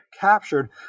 captured